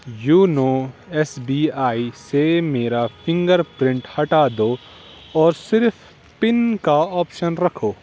YONO SBI بی آئی سے میرا فنگر پرنٹ ہٹا دو اور صرف پن کا آپشن رکھو